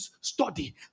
study